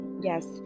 yes